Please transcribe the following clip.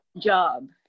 job